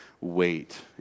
wait